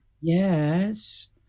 Yes